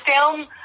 film